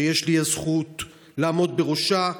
שיש לי הזכות לעמוד בראשה,